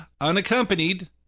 unaccompanied